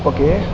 okay